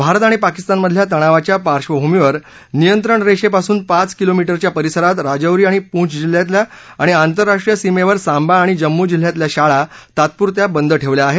भारत आणि पाकिस्तानमधल्या तणावाच्या पार्बभूमीवर नियंत्रण रेषेपासून पाच किलोमीटरच्या परिसरात राजौरी आणि पूंछ जिल्ह्यातल्या आणि आंतर्राष्ट्रीय सीमेवर सांबा आणि जम्मू जिल्ह्यातल्या शाळा तात्पुरत्या बंद ठेवल्या आहेत